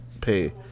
pay